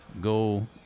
go